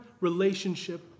relationship